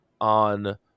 on